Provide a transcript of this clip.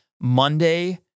Monday